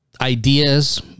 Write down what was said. ideas